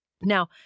Now